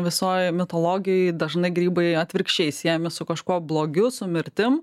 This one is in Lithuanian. visoj mitologijoj dažnai grybai atvirkščiai siejami su kažkuo blogiu su mirtim